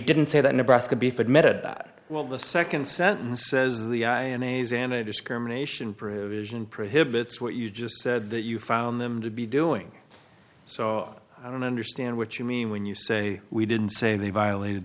didn't say that nebraska beef admitted that well the second sentence says the i an asiana discrimination prove it isn't prohibits what you just said that you found them to be doing so i don't understand what you mean when you say we didn't say they violated